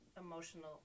emotional